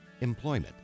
employment